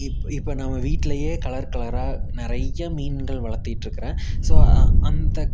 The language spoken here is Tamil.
இப் இப்போ நம்ம வீட்லையே கலர் கலராக நிறைய மீன்கள் வளர்த்திட்ருக்கறேன் ஸோ அ அந்த